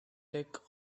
deck